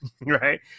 Right